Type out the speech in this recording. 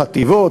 חטיבות,